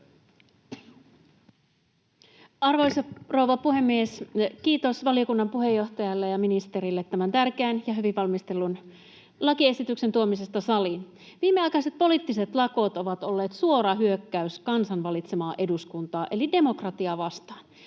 Arvoisa rouva puhemies! Kiitos valiokunnan puheenjohtajalle ja ministerille tämän tärkeän ja hyvin valmistellun lakiesityksen tuomisesta saliin. Viimeaikaiset poliittiset lakot ovat olleet suora hyökkäys kansan valitsemaa eduskuntaa eli demokratiaa vastaan.